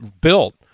built